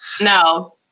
No